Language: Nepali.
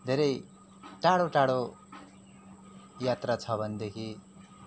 धेरै टाडा टाडा यात्रा छ भनेदेखि